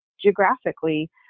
Geographically